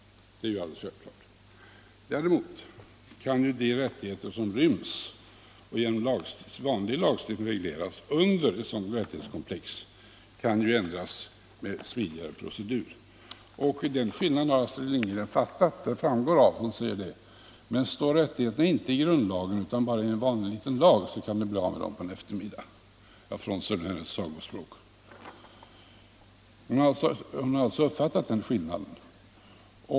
Däremot kan de rättigheter som ryms i en vanlig lagstiftning och som regleras under ett sådant rättighetskomplex ändras med en smidigare procedur. Den skillnaden har också Astrid Lindgren fattat. Hon säger: Men står rättigheterna inte i grundlagen utan bara i en vanlig liten lag så kan du bli av med dem på en eftermiddag. Jag bortser här ifrån hennes sagospråk. Hon har alltså uppfattat den skillnaden.